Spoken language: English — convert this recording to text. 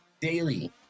daily